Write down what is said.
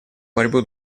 борьбу